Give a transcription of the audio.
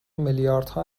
میلیاردها